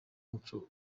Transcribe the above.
umuco